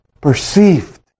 perceived